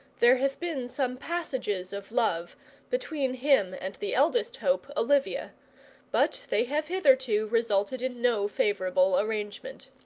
there have been some passages of love between him and the eldest hope, olivia but they have hitherto resulted in no favourable arrangement.